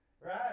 Right